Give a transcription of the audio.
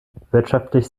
wirtschaftlich